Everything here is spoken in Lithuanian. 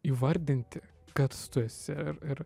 įvardinti kas tu esi ir ir